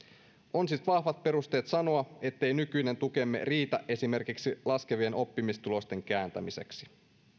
on siis vahvat perusteet sanoa ettei nykyinen tukemme riitä esimerkiksi laskevien oppimistulosten kääntämiseksi